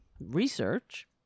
research